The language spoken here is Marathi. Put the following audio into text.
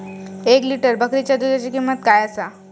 एक लिटर बकरीच्या दुधाची किंमत काय आसा?